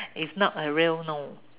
it's not a real no